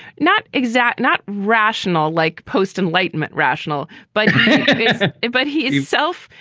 not exact, not rational, like post-enlightenment rational. but yes, but he is himself.